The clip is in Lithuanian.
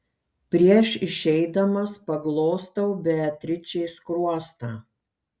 prieš išeidamas paglostau beatričei skruostą